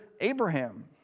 Abraham